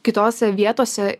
kitose vietose